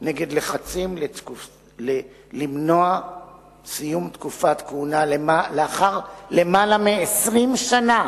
נגד לחצים למנוע סיום תקופת כהונה לאחר למעלה מ-20 שנה